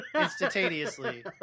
instantaneously